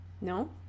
No